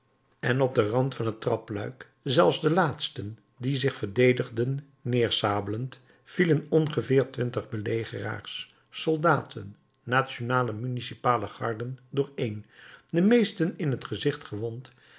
en op den rand van het trapluik zelfs de laatsten die zich verdedigden neersabelend vielen ongeveer twintig belegeraars soldaten nationale municipale garden dooreen de meesten in t gezicht gewond